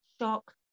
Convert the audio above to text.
shock